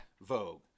Vogue